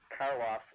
Karloff